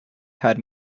had